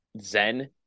zen